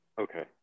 Okay